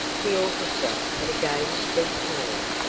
the orchestra had again ceased playing.